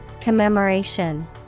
Commemoration